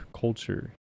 culture